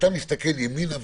כשאתה מסתכל ימינה ושמאלה.